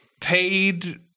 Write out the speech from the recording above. paid